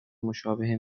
مشابه